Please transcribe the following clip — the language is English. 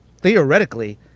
theoretically